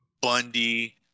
Bundy